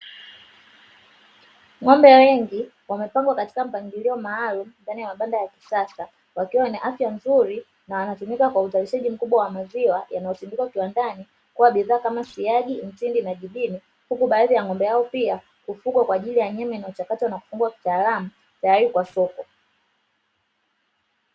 Ng’ombe wengi wamepangwa katika mpangilio maalumu ndani ya mabanda ya kisasa, wakiwa na afya nzuri, na wanatumika kwa uzalishaji mkubwa kutoa maziwa yanayotumika kiwandani kuwa bidhaa kama siagi, mtindi, na nyingine; huku baadhi ya ng’ombe pia wakifugwa kwa ajili ya nyama inayochakatwa na kufungwa kitaalamu tayari kwa soko.